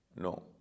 No